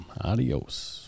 adios